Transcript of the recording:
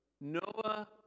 Noah